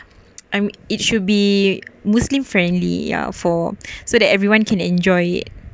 I'm it should be muslim friendly ya for so that everyone can enjoy it